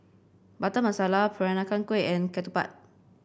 Butter Masala Peranakan Kueh and Ketupat